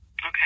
Okay